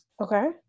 Okay